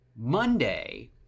Monday